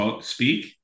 speak